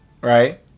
right